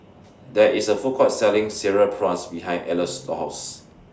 There IS A Food Court Selling Cereal Prawns behind Eloy's House